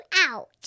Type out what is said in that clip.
out